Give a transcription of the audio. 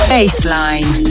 Baseline